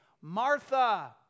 Martha